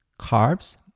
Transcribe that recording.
carbs